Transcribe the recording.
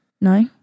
No